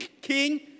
king